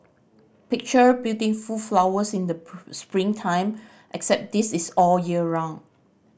picture building full flowers in the spring time except this is all year round